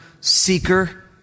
Seeker